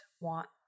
want